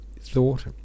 thought